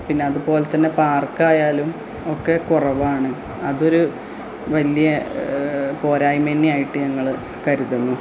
പിന്നതുപോലെ തന്നെ പാർക്കായാലും ഒക്കെ കുറവാണ് അതൊരു വലിയ പോരായ്മ തന്നെയായിട്ട് ഞങ്ങൾ കരുതുന്നു